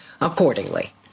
accordingly